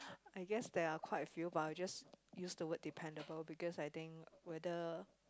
I guess there are quite a few but I'll just use the word dependable because I think whether